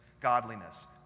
godliness